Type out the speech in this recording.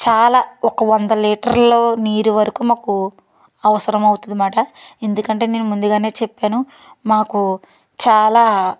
చాలా ఒక వంద లీటర్లు నీరు వరకు మాకు అవసరం అవుతుంది అన్నమాట ఎందుకంటే నేను ముందుగానే చెప్పాను మాకు చాలా